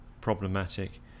problematic